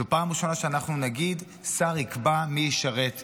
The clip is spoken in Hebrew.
זאת פעם ראשונה שבה נגיד: שר יקבע מי ישרת x,